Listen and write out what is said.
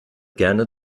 gerne